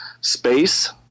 space